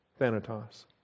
Thanatos